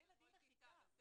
בכל כיתה.